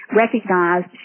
recognized